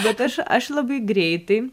bet aš aš labai greitai